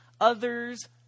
others